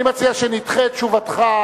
אני מציע שנדחה את תשובתך,